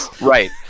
Right